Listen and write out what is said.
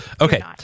Okay